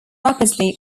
rapidly